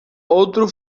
outro